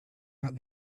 about